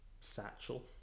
satchel